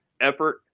effort